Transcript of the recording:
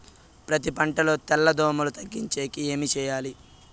పత్తి పంటలో తెల్ల దోమల తగ్గించేకి ఏమి చేయాలి?